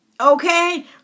okay